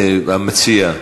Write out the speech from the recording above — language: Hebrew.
המציע,